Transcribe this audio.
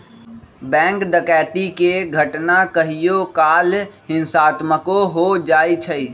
bank डकैती के घटना कहियो काल हिंसात्मको हो जाइ छइ